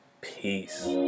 Peace